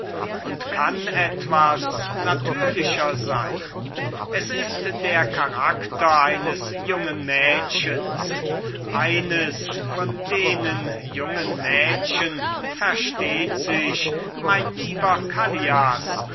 und kann etwas natürlicher sein es ist der charakter eines jungen mädchens eines von denen jungen mädchen versteht sichs mein lieber callias